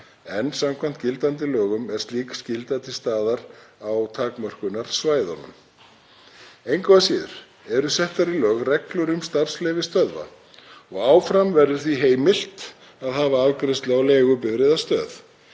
en samkvæmt gildandi lögum er slík skylda til staðar á takmörkunarsvæðunum. Engu að síður eru settar í lög reglur um starfsleyfi stöðva og áfram verður því heimilt að hafa afgreiðslu á leigubifreiðastöð.